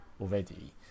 already